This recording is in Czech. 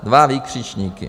Dva vykřičníky.